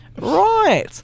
Right